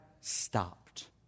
stopped